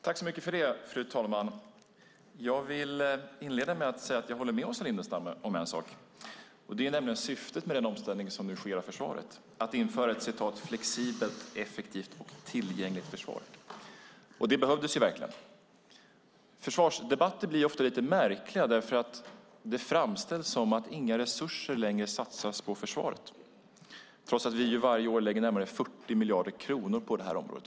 Fru talman! Jag vill inleda med att säga att jag håller med Åsa Lindestam om en sak, nämligen att syftet med den omställning av försvaret som nu sker är att införa ett "flexibelt, effektivt och tillgängligt" försvar. Det behövdes verkligen. Försvarsdebatter blir ofta lite märkliga eftersom det framställs som att inga resurser längre satsas på försvaret, detta trots att vi varje år lägger närmare 40 miljarder kronor på det här området.